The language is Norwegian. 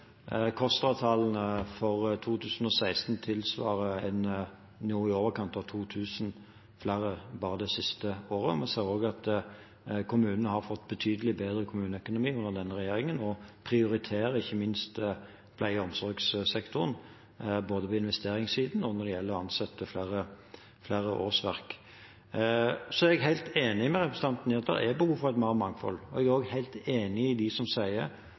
for 2016 tilsvarer noe i overkant av 2 000 flere bare det siste året. Vi ser også at kommunene har fått betydelig bedre kommuneøkonomi under denne regjeringen og prioriterer ikke minst pleie- og omsorgssektoren, både på investeringssiden og når det gjelder å ansette flere, flere årsverk. Så er jeg helt enig med representanten i at det er behov for mer mangfold. Jeg er også helt enig med dem som sier